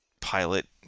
pilot